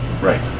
Right